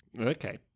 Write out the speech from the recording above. Okay